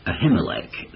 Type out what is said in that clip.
Ahimelech